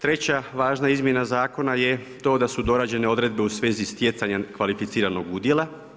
Treća važna izmjena zakona je to da su dorađene odredbe u svezi stjecanja kvalificiranog udjela.